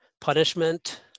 punishment